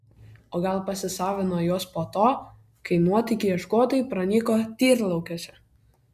o gal pasisavino juos po to kai nuotykių ieškotojai pranyko tyrlaukiuose